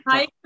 Hi